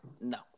no